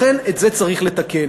לכן, את זה צריך לתקן.